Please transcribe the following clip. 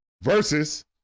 versus